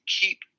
keep